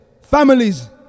Families